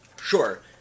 Sure